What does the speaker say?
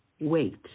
wait